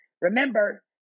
Remember